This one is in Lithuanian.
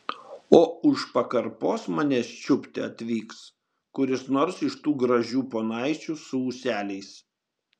o už pakarpos manęs čiupti atvyks kuris nors iš tų gražių ponaičių su ūseliais